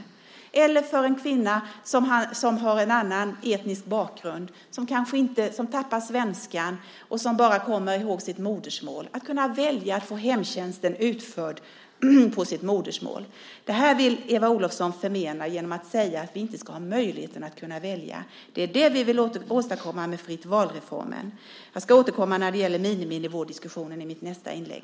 Det kan också gälla en kvinna som har en annan etnisk bakgrund, som tappar svenskan och som bara kommer ihåg sitt modersmål. Hon skulle kunna välja att få hemtjänsten utförd på sitt modersmål. Det vill Eva Olofsson förmena dessa människor genom att säga att vi inte ska ha möjligheten att kunna välja. Det är vad vi vill åstadkomma med reformen för fritt val. Jag ska återkomma till diskussionen om miniminivå i mitt nästa inlägg.